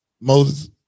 Moses